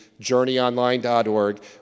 journeyonline.org